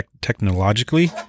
technologically